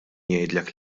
jgħidlek